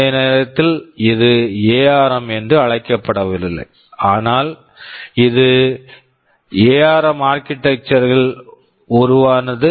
அந்த நேரத்தில் இது எஆர்ம் ARM என்று அழைக்கப்படவில்லை ஆனால் அது எஆர்ம் ARM ஆர்க்கிடெக்சர் architecture ல் உருவானது